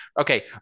okay